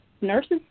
nurses